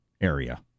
area